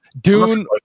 Dune